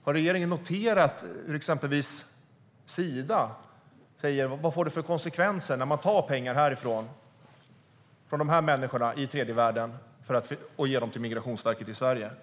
Har regeringen noterat att exempelvis Sida säger: Vad får det för konsekvenser när man tar pengar från de här människorna i tredje världen och ger dem till Migrationsverket i Sverige?